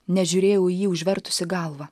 nes žiūrėjau į jį užvertusi galvą